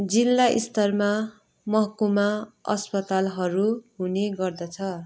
जिल्लास्तरमा महकुमा अस्पतालहरू हुने गर्दछ